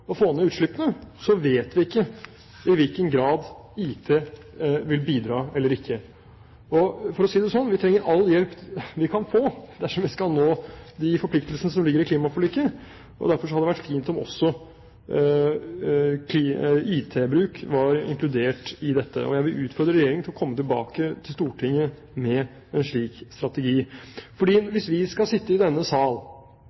få ned utslippene, vet vi ikke i hvilken grad IT vil bidra eller ikke. For å si det slik, vi trenger all hjelp vi kan få dersom vi skal nå de forpliktelsene som ligger i klimaforliket, og derfor hadde det vært fint om også IT-bruk var inkludert i dette. Jeg vil utfordre Regjeringen til å komme tilbake til Stortinget med en slik strategi.